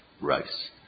rice